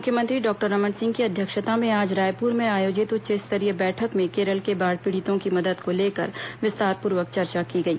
मुख्यमंत्री डॉक्टर रमन सिंह की अध्यक्षता में आज रायपूर में आयोजित उच्च स्तरीय बैठक में केरल के बाढ़ पीड़ितों की मदद को लेकर विस्तारपूर्वक चर्चा की गई